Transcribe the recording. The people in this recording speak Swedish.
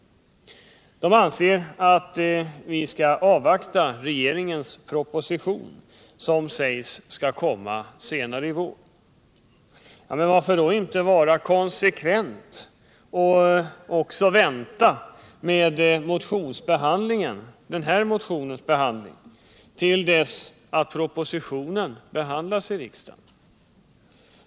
Utskottet anser att vi skall avvakta regeringens proposition, som sägs skola komma senare i år. Men varför då inte vara konsekvent och också vänta med behandlingen av den här motionen till dess propositionen behandlas av riksdagen?